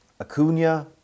Acuna